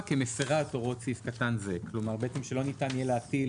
כמפרה הוראות סעיף קטן זה - שלא ניתן יהיה להטיל